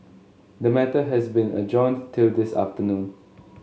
the matter has been adjourned till this afternoon